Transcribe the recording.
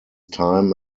time